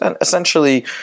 essentially